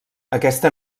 aquesta